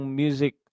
music